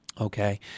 Okay